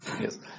yes